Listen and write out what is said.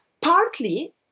partly